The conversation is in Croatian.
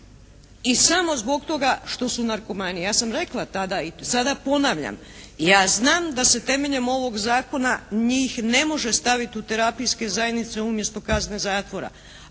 i samo zbog toga što su narkomani. Ja sam rekla tada i sada ponavljam, ja znam da se temeljem ovog zakona njih ne može staviti u terapijske zajednice umjesto kazne zatvora,